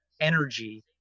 energy